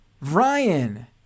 Ryan